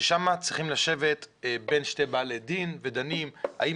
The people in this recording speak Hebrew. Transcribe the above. ששם צריכים לשבת בין שני בעלי דין ודנים האם